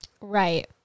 Right